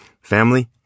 Family